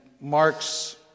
Mark's